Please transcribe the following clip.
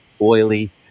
oily